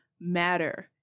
matter